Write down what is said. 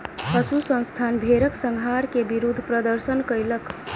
पशु संस्थान भेड़क संहार के विरुद्ध प्रदर्शन कयलक